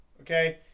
Okay